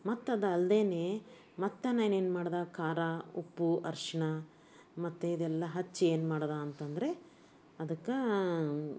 ಮತ್ತದಲ್ಲದೇನೆ ಮತ್ತು ನಾನೇನು ಮಾಡ್ದೆ ಖಾರ ಉಪ್ಪು ಅರಶಿಣ ಮತ್ತು ಇದೆಲ್ಲ ಹಚ್ಚಿ ಏನ್ಮಾಡ್ದೆ ಅಂತ ಅಂದ್ರೆ ಅದಕ್ಕೆ